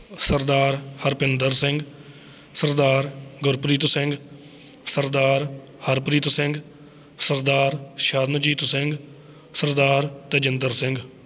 Sardar Harpinder Singh Sardar Gurpreet Singh Sardar Harpreet Singh Sardar Sharanjit Singh Sardar Tajinder Singh